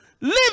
live